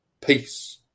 Peace